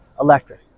electric